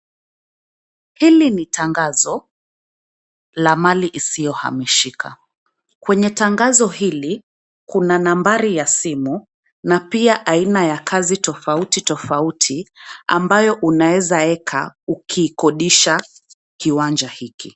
Hili ni tangazo la mali isiyohamishika. Kwenye tangazo hili kuna nambari ya simu na pia aina ya kazi tofauti tofauti ambayo unaeza weka ukikodisha kiwanja hiki.